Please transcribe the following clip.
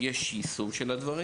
באמת יש יישום של הדברים,